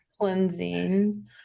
cleansing